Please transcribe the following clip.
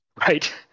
right